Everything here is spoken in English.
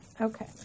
Okay